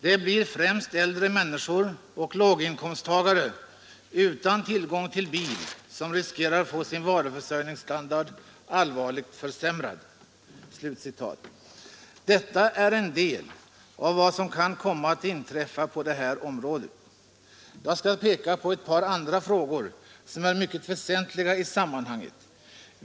Det blir främst äldre människor och låginkomsttagare utan tillgång till egen bil som riskerar att få sin varuförsörjningsstandard allvarligt försämrad.” Detta är en del av vad som kan komma att inträffa på det här området. Jag skall peka på ett par andra frågor som är mycket väsentliga i sammanhanget.